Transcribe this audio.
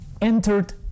entered